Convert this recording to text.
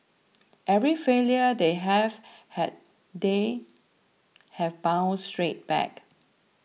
every failure they have had they have bounced straight back